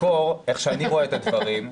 כמו שאני רואה את הדברים,